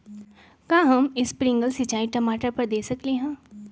का हम स्प्रिंकल सिंचाई टमाटर पर दे सकली ह?